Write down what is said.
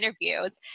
interviews